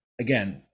Again